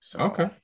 Okay